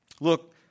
Look